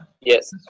Yes